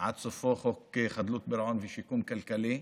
ועד סופו, חוק חדלות פירעון ושיקום כלכלי.